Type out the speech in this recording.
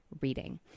reading